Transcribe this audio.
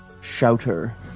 shouter